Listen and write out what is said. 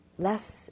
less